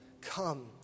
Come